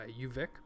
UVic